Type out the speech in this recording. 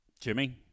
Jimmy